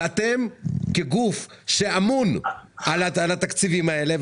ואתם כגוף שאמון על התקציבים האלה,